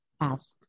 ask